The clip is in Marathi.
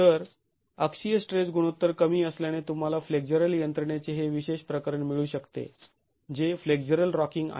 तर अक्षीय स्ट्रेस गुणोत्तर कमी असल्याने तुम्हाला फ्लेक्झरल यंत्रणेचे हे विशेष प्रकरण मिळू शकते जे फ्लेक्झरल रॉकिंग आहे